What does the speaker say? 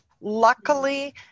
luckily